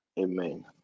Amen